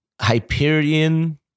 Hyperion